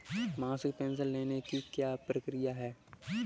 मासिक पेंशन लेने की क्या प्रक्रिया है?